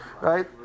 right